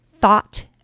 Thought